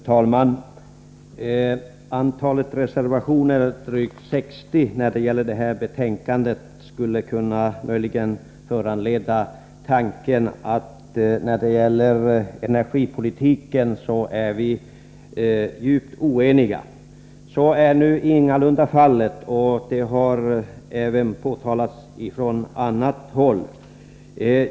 Fru talman! Antalet reservationer vid det här betänkandet är drygt 60, och det skulle möjligen kunna föranleda tanken att vi är djupt oeniga när det gäller energipolitiken. Så är nu ingalunda fallet, och det har även påtalats från annat håll.